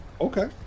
okay